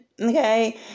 okay